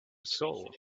soul